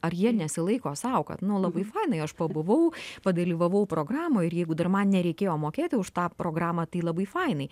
ar jie nesilaiko sau kad nu labai fainai aš pabuvau padalyvavau programoj ir jeigu dar man nereikėjo mokėti už tą programą tai labai fainai